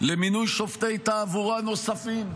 למינוי שופטי תעבורה נוספים,